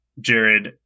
jared